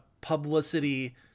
publicity